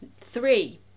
three